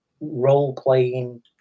role-playing